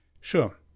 Sure